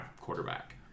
quarterback